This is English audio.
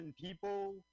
people